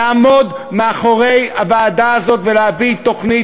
לעמוד מאחורי הוועדה הזאת ולהביא תוכנית